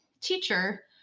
teacher